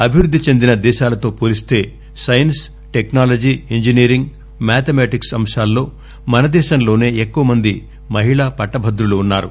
అభివృద్ది చెందిన దేశాలతో పోలిస్తే సైన్స్ టెక్నాలజీ ఇంజనీరింగ్ మ్యాథమేటిక్స్ అంశాల్లో మనదేశంలోసే ఎక్కువమంది మహిళా పట్టభద్రులు ఉన్నారు